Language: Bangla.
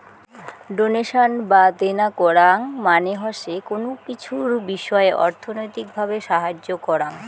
ডোনেশন বা দেন করাং মানে হসে কুনো কিছুর বিষয় অর্থনৈতিক ভাবে সাহায্য করাং